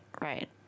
right